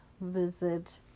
visit